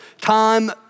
time